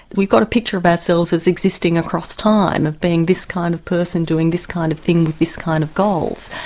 we've got a picture of ourselves as existing across time, of being this kind of person doing this kind of thing with this kind of goals,